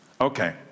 Okay